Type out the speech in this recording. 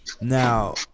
Now